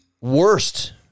worst